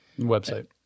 Website